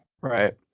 right